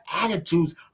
attitudes